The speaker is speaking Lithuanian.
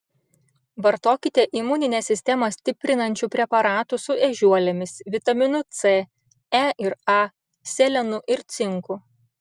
vartokite imuninę sistemą stiprinančių preparatų su ežiuolėmis vitaminu c e ir a selenu ir cinku